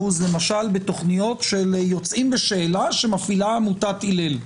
בתכניות של יוצאים בשאלה שמפעילה עמותת "הילל".